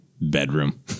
bedroom